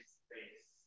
space